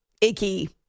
icky